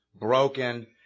broken